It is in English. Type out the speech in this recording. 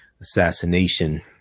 assassination